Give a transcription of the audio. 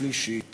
שלושה מתנגדים.